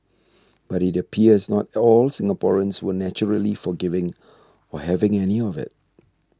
but it appears not all Singaporeans were naturally forgiving or having any of it